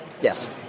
Yes